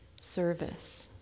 Service